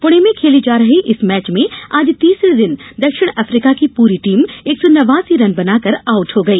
पुणे में खेले जा रहे इस मैच में आज तीसरे दिन दक्षिण अफ्रीका की पूरी टीम एक सौ नवासी रन बनाकर आउट हो गई